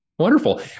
Wonderful